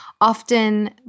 often